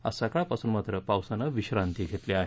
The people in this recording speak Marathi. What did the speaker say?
आज सकाळपासून मात्र पावसानं विश्रांती घेतली आहे